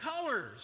Colors